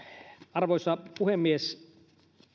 arvoisa puhemies